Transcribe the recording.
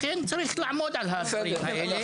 לכן צריך לעמוד על הדברים האלה,